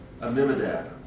Amimadab